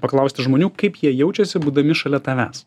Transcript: paklausti žmonių kaip jie jaučiasi būdami šalia tavęs